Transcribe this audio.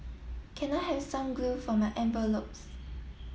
can I have some glue for my envelopes